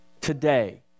today